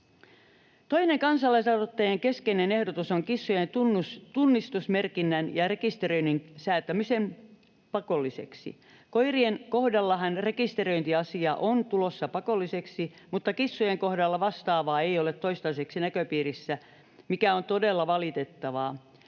Toinen kansalaisaloitteen keskeinen ehdotus on kissojen tunnistusmerkinnän ja rekisteröinnin säätäminen pakolliseksi. Koirien kohdallahan rekisteröintiasia on tulossa pakolliseksi, mutta kissojen kohdalla vastaavaa ei ole toistaiseksi näköpiirissä, mikä on todella valitettavaa.